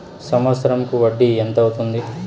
సంవత్సరం కు వడ్డీ ఎంత అవుతుంది?